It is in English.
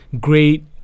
great